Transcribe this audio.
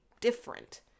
different